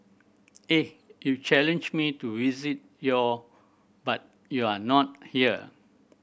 eh you challenged me to visit your but you are not here